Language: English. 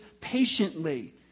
patiently